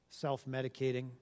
self-medicating